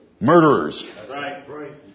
murderers